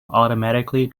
automatically